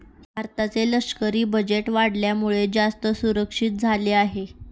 भारताचे लष्करी बजेट वाढल्यामुळे, जास्त सुरक्षित झाले आहे